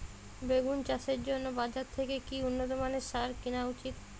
বেগুন চাষের জন্য বাজার থেকে কি উন্নত মানের সার কিনা উচিৎ?